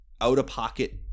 out-of-pocket